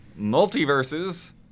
Multiverses